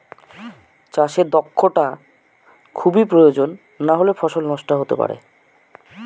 চাষে দক্ষটা খুবই প্রয়োজন নাহলে ফসল নষ্ট হতে পারে